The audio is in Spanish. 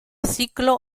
ciclo